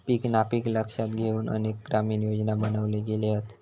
पीक नापिकी लक्षात घेउन अनेक ग्रामीण योजना बनवले गेले हत